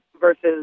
versus